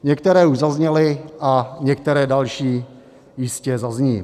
Některé už zazněly a některé další jistě zazní.